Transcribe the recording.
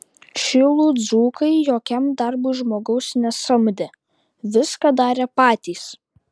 šilų dzūkai jokiam darbui žmogaus nesamdė viską darė patys